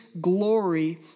glory